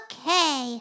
Okay